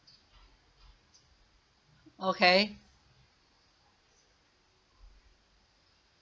okay